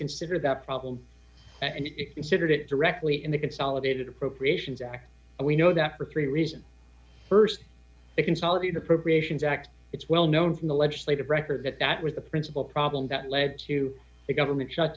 considered that problem and considered it directly in the consolidated appropriations act we know that for three reasons st to consolidate appropriations act it's well known from the legislative record that that was the principal problem that led to the government shut